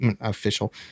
official